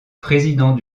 président